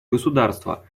государства